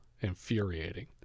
infuriating